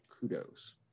kudos